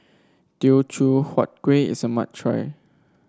Teochew Huat Kueh is a must try